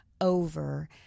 over